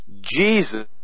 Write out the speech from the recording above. Jesus